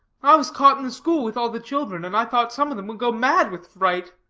i was caught in the school with all the children and i thought some of them would go mad with fright.